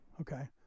okay